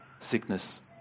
sickness